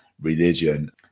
religion